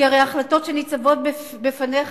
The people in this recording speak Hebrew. כי הרי ההחלטות שניצבות בפניך,